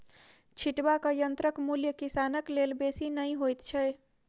छिटबाक यंत्रक मूल्य किसानक लेल बेसी नै होइत छै